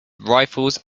rifles